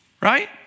right